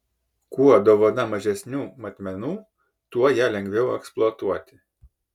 kuo dovana mažesnių matmenų tuo ją lengviau eksploatuoti